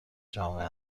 جامعه